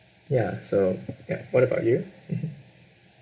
ya so ya what about you